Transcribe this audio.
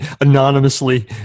anonymously